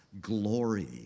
glory